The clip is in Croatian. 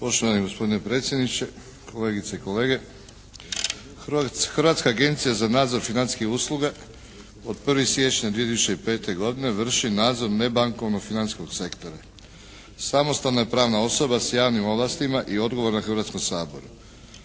Poštovani gospodine predsjedniče, kolegice i kolete. Hrvatska agencija za nadzor financijskih usluga od 1. siječnja 2005. godine vrši nadzor nebankovnog financijskog sektora. Samostalna i pravna osoba s javnim ovlastima i odgovorna Hrvatskom saboru.